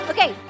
Okay